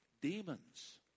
demons